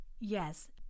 yes